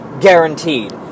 guaranteed